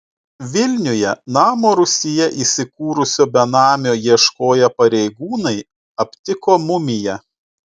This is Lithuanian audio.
vilniuje namo rūsyje įsikūrusio benamio ieškoję pareigūnai aptiko mumiją